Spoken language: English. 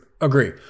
Agree